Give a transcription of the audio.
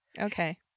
Okay